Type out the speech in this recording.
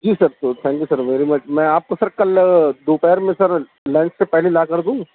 جی sir تو thank you sir very much میں آپ کو سر کل دوپہر میں سر لنچ سے پہلے لا کر دوں